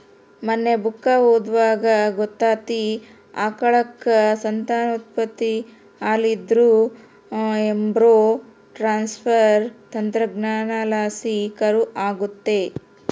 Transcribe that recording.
ಮನ್ನೆ ಬುಕ್ಕ ಓದ್ವಾಗ ಗೊತ್ತಾತಿ, ಆಕಳುಕ್ಕ ಸಂತಾನೋತ್ಪತ್ತಿ ಆಲಿಲ್ಲುದ್ರ ಎಂಬ್ರೋ ಟ್ರಾನ್ಸ್ಪರ್ ತಂತ್ರಜ್ಞಾನಲಾಸಿ ಕರು ಆಗತ್ತೆ